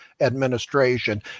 administration